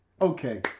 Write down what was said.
okay